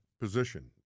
position